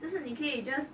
这是你可以 just